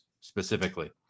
specifically